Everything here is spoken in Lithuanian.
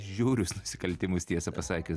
žiaurius nusikaltimus tiesą pasakius